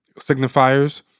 signifiers